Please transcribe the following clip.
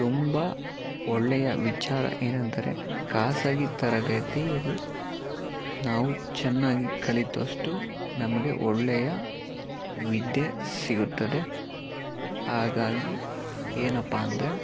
ತುಂಬ ಒಳ್ಳೆಯ ವಿಚಾರ ಏನಂದರೆ ಖಾಸಗಿ ತರಗತಿಯಲ್ಲಿ ನಾವು ಚೆನ್ನಾಗಿ ಕಲಿತಷ್ಟು ನಮಗೆ ಒಳ್ಳೆಯ ವಿದ್ಯೆ ಸಿಗುತ್ತದೆ ಹಾಗಾಗಿ ಏನಪ್ಪಾ ಅಂದರೆ